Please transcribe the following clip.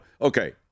okay